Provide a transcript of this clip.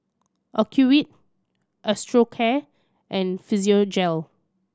Ocuvite Osteocare and Physiogel